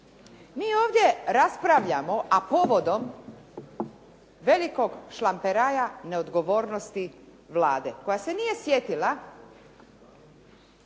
Mi ovdje raspravljamo, a povodom velikog šlamperaja, neodgovornosti Vlade, koja se nije sjetila